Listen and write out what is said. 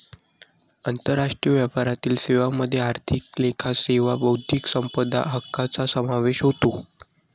आंतरराष्ट्रीय व्यापारातील सेवांमध्ये आर्थिक लेखा सेवा बौद्धिक संपदा हक्कांचा समावेश होतो